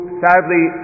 sadly